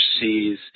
sees